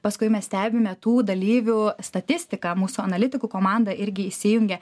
paskui mes stebime tų dalyvių statistiką mūsų analitikų komanda irgi įsijungia